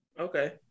Okay